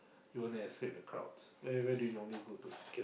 you wana escape the crowds where where do you normally go to